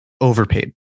overpaid